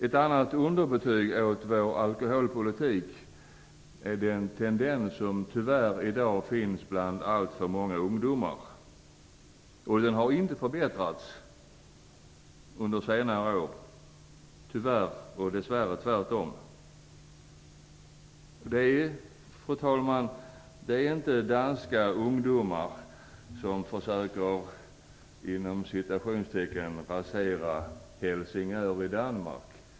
Ett annat underbetyg på vår alkoholpolitik är den tendens som tyvärr i dag finns bland alltför många ungdomar, och det har inte blivit bättre under senare år. Tyvärr är det dess värre tvärtom. Det är inte danska ungdomar som försöker "rasera" Helsingör i Danmark.